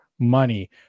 Money